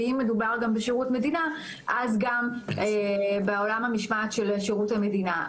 ואם מדובר גם בשירות מדינה אז גם בעולם המשמעת של שירות המדינה.